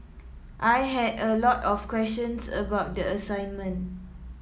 I had a lot of questions about the assignment